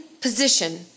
position